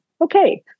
okay